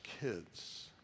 kids